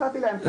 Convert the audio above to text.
נתתי להם כמה